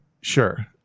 sure